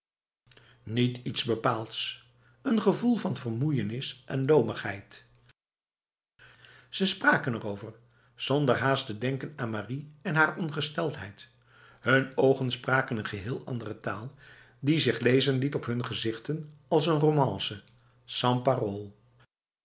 niet iets bepaalds n gevoel van vermoeienis en lomigheid ze spraken erover zonder haast te denken aan marie en haar ongesteldheid hun ogen spraken een geheel andere taal die zich lezen liet op hun gezichten als n romance sans paroles